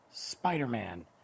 Spider-Man